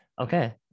okay